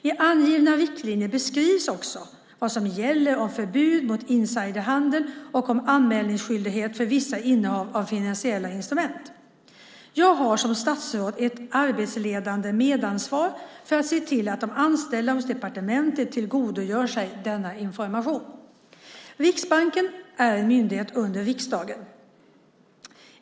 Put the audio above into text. I angivna riktlinjer beskrivs också vad som gäller om förbud mot insiderhandel och om anmälningsskyldighet för vissa innehav av finansiella instrument. Jag har, som statsråd, ett arbetsledande medansvar för att se till att de anställda hos departementet tillgodogör sig denna information. Riksbanken är en myndighet under riksdagen.